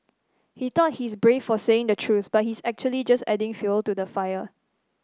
he thought his brave for saying the truth but his actually just adding fuel to the fire